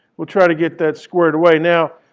we'll try to get that squared away. now